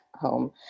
home